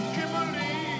Kimberly